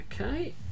okay